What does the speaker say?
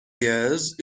years